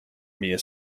mir